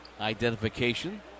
identification